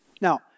Now